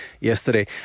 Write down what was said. yesterday